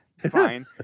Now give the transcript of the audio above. fine